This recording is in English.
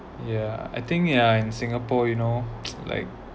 ya I think yeah in singapore you know like